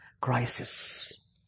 crisis